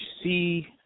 see